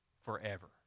Forever